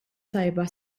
tajba